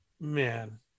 man